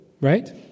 right